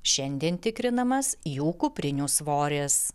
šiandien tikrinamas jų kuprinių svoris